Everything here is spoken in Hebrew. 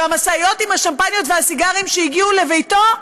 והמשאיות עם השמפניות והסיגרים שהגיעו לביתו,